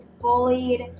bullied